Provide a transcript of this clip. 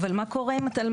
אבל מה קורה עם התלמ"ת?